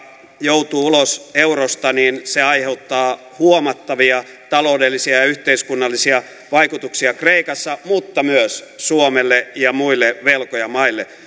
joutuu ulos eurosta niin se aiheuttaa huomattavia taloudellisia ja yhteiskunnallisia vaikutuksia kreikassa mutta myös suomelle ja muille velkojamaille